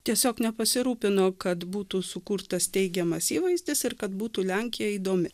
tiesiog nepasirūpino kad būtų sukurtas teigiamas įvaizdis ir kad būtų lenkija įdomi